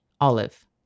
olive